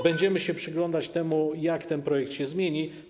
Będziemy się przyglądać, jak ten projekt się zmieni.